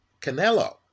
Canelo